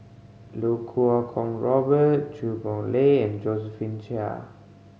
Lau Kuo Kwong Robert Chua Boon Lay and Josephine Chia